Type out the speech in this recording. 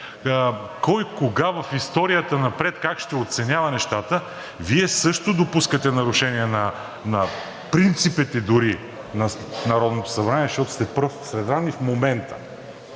кой кога в историята напред как ще оценява нещата, Вие също допускате нарушение на принципите дори на Народното събрание, защото сте пръв сред равни в момента